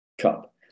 cup